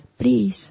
please